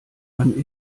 man